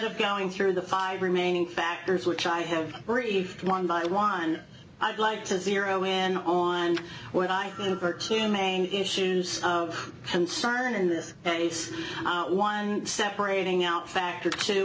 of going through the five remaining factors which i have briefed one by one i'd like to zero in on when i heard two main issues of concern in this case one separating out factor t